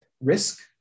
risk